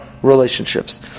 Relationships